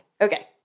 Okay